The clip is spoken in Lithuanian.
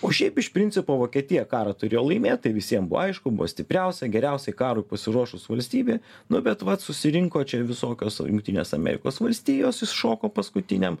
o šiaip iš principo vokietija karą turėjo laimėt tai visiems buvo aišku buvo stipriausia geriausiai karui pasiruošus valstybė nu bet vat susirinko čia visokios jungtines amerikos valstijos iššoko paskutiniam